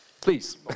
Please